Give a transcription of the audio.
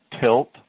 tilt